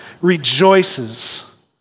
rejoices